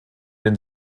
der